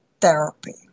therapy